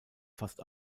fast